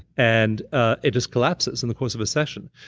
and ah it just collapses in the course of a session.